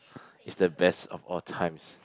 is the best of all times